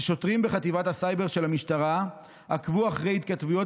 ששוטרים בחטיבת הסייבר של המשטרה עקבו אחרי התכתבויות